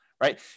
right